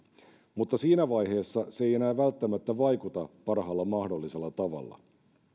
mutta siinä vaiheessa se ei enää välttämättä vaikuta parhaalla mahdollisella tavalla